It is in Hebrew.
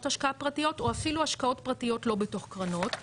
השקעה פרטיות או אפילו השקעות פרטיות לא בתוך קרנות.